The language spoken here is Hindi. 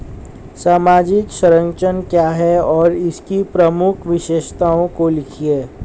सामाजिक संरक्षण क्या है और इसकी प्रमुख विशेषताओं को लिखिए?